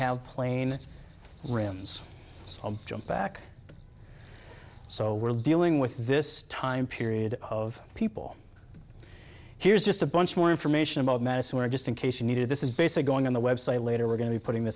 have plain rims so jump back so we're dealing with this time period of people here's just a bunch more information about medicine or just in case you needed this is basically going on the website later we're going to be putting th